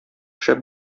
шәп